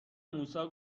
موسی